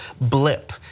blip